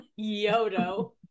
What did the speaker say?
Yodo